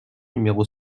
numéro